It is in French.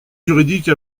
juridique